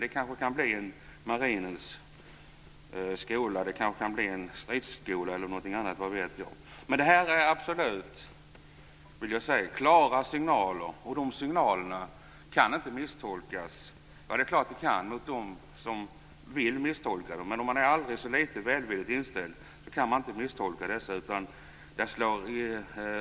Det kanske blir en marinens skola eller en stridsskola. Det här är absolut klara signaler. De kan inte misstolkas. Jo, de som vill kan misstolka dem. Men om man är aldrig så litet välvilligt inställd kan man inte misstolka detta.